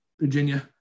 Virginia